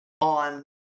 on